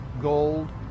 gold